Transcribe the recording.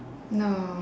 no